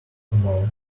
tomorrow